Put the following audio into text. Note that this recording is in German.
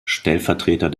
stellvertreter